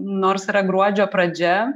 nors yra gruodžio pradžia